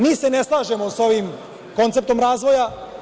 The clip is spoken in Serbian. Mi se ne slažemo sa ovim konceptom razvoja.